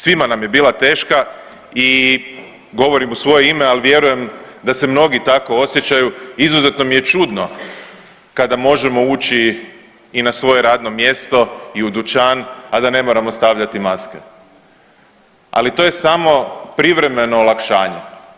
Svima nam je bila teška i govorim u svoje ime, al vjerujem da se mnogi tako osjećaju, izuzetno mi je čudno kada možemo ući i na svoje radno mjesto i u dućan, a da ne moramo stavljati maske, ali to je samo privremeno olakšanje.